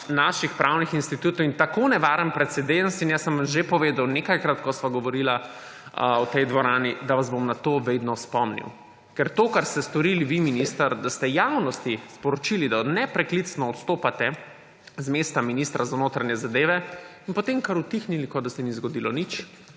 naših pravnih institutov in tako nevaren precedens − in jaz sem vam že povedal nekajkrat, ko sva govorila v tej dvorani, da vas bom na to vedno spomnil. Ker to, kar ste storili vi, minister, da ste javnosti sporočili, da nepreklicno odstopate z mesta ministra za notranje zadeve, in potem kar utihnili, kot da se ni zgodilo nič,